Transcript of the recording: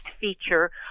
feature